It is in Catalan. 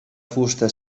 fusta